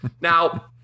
Now